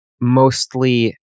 mostly